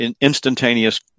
instantaneous